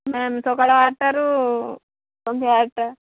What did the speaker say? ma'am ସକାଳ ଆଠଟାରୁ ସନ୍ଧ୍ୟା ଆଠଟା